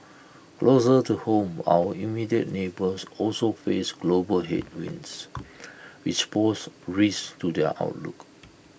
closer to home our immediate neighbours also face global headwinds which pose risks to their outlook